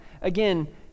Again